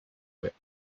whip